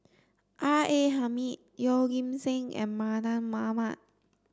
R A Hamid Yeoh Ghim Seng and Mardan Mamat